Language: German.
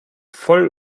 voll